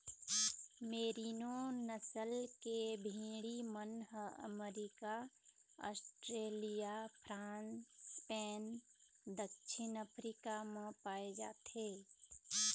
मेरिनों नसल के भेड़ी मन ह अमरिका, आस्ट्रेलिया, फ्रांस, स्पेन, दक्छिन अफ्रीका म पाए जाथे